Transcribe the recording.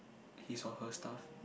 his or her stuff